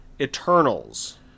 eternals